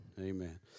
Amen